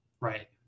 Right